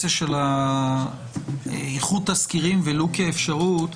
מה שמטריד באופציה של איחוד תסקירים ולו כאפשרות,